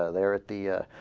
ah there at the ah.